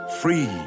Free